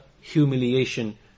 humiliation